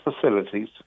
facilities